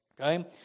Okay